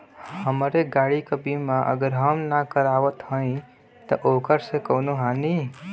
हमरे गाड़ी क बीमा अगर हम ना करावत हई त ओकर से कवनों हानि?